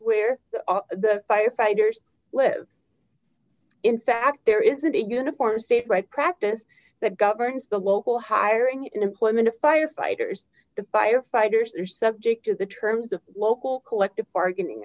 where the firefighters live in fact there isn't a uniform state right practice that governs the local hiring in employment of firefighters the firefighters are subject to the terms of local collective bargaining